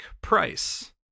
Price